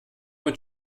mit